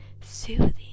soothing